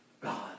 God